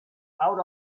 out